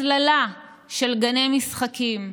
הצללה של גני משחקים,